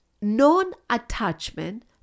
Non-attachment